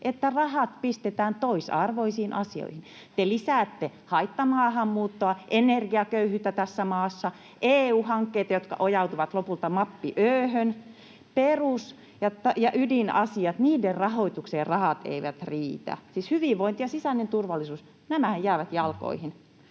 että rahat pistetään toisarvoisiin asioihin. Te lisäätte haittamaahanmuuttoa, energiaköyhyyttä tässä maassa ja EU-hankkeita, jotka ajautuvat lopulta mappi ö:hön. Perus‑ ja ydinasioiden rahoitukseen rahat eivät riitä — siis hyvinvointi ja sisäinen turvallisuus, nämähän jäävät jalkoihin.